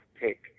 take